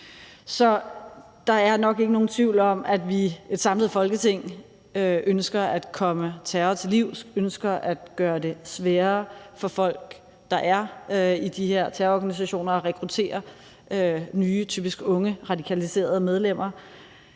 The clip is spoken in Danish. Så der er nok ikke nogen tvivl om, at vi, et samlet Folketing, ønsker at komme terroren til livs, ønsker at gøre det sværere for folk, der er i de her terrororganisationer, at rekruttere nye, typisk unge, radikaliserede medlemmer.